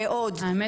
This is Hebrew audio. מאוד.